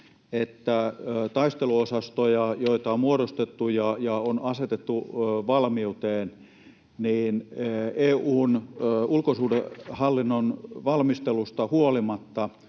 että taisteluosastoja, joita on muodostettu ja on asetettu valmiuteen, EU:n ulkosuhdehallinnon valmistelusta huolimatta